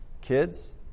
Kids